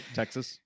texas